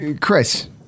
Chris